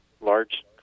large